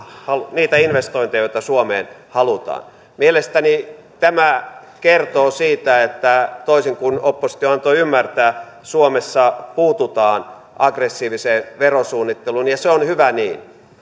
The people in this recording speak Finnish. niitä investointeja joita suomeen halutaan mielestäni tämä kertoo siitä toisin kuin oppositio antoi ymmärtää että suomessa puututaan aggressiiviseen verosuunnitteluun ja se on hyvä niin